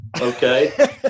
okay